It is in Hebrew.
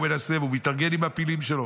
הוא מנסה והוא מתארגן עם הפילים שלו.